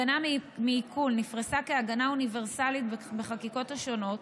הגנה מעיקול נפרסה כהגנה אוניברסלית בחקיקות השונות,